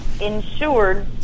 insured